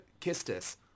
Kistis